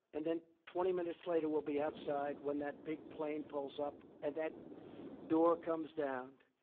and then, twenty minutes later, we'll be outside when that big plane pulls up and that door comes down,